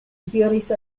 diris